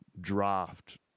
draft